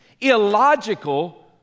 illogical